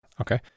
Okay